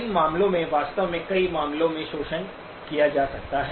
इन मामलों में वास्तव में कई मामलों में शोषण किया जा सकता है